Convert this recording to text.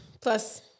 Plus